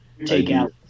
takeout